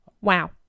Wow